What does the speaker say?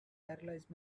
paralysed